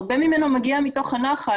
הרבה ממנו מגיע מתוך הנחל,